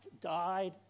died